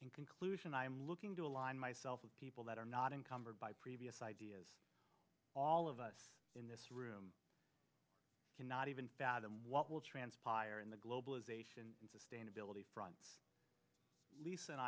in conclusion i am looking to align myself with people that are not encumbered by previous ideas all of us in this room cannot even fathom what will transpire in the globalization and sustainability front lisa and